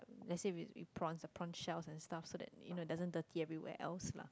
let's say if prawns the prawn shells and stuff so that you know it doesn't dirty everywhere else lah